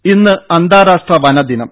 ദേദ ഇന്ന് അന്താരാഷ്ട്ര വനദിനം